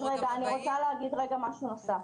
אז אני רוצה להגיד משהו נוסף.